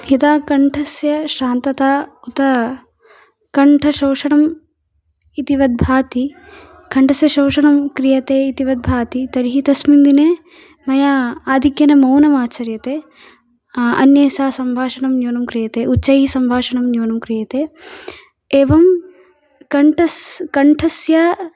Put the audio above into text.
यदा कण्ठस्य श्रान्तता उत कण्ठशोषणम् इति वद् भाति कण्ठस्य शोषणम् क्रियते इति वद् भाति तर्हि तस्मिन् दिने मया आधिक्येन मौनम् आचर्यते अन्ये सह सम्भाषणं न्यूनं क्रियते उच्चैः सम्भाषणं न्यूनं क्रियते एवं कण्ठस् कण्ठस्य